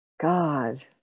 god